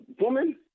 Woman